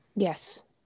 Yes